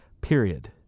period